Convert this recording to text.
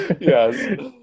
Yes